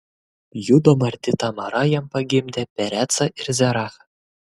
judo marti tamara jam pagimdė perecą ir zerachą